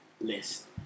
list